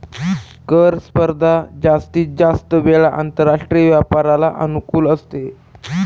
कर स्पर्धा जास्तीत जास्त वेळा आंतरराष्ट्रीय व्यापाराला अनुकूल असते